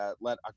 let